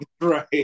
Right